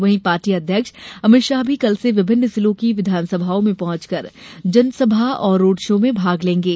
वहीं पार्टी अध्यक्ष अमित शाह भी कल से विभिन्न जिलों की विधानसभाओं में पहुंचकर जनसभा और रोड शो में भाग लेंगे